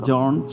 John